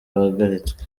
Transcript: wahagaritswe